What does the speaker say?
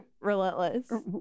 relentless